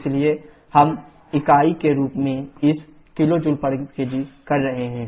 इसलिए हम इकाई के रूप में इस kJ kg कर रहे हैं